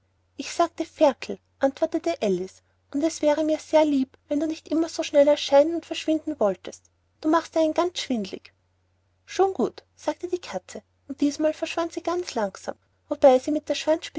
ich sagte ferkel antwortete alice und es wäre mir sehr lieb wenn du nicht immer so schnell erscheinen und verschwinden wolltest du machst einen ganz schwindlig schon gut sagte die katze und diesmal verschwand sie ganz langsam wobei sie mit der